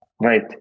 Right